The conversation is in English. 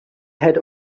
had